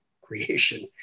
creation